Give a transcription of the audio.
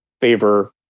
favor